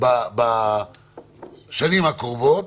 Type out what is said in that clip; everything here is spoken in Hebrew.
בשנים הקרובות.